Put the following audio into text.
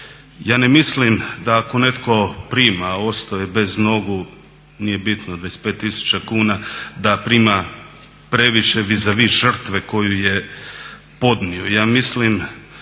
Ja ne mislim da ako netko prima a ostao je bez nogu, nije bitno 25 tisuća kuna da prima previše viza vi žrtve koju je podnio.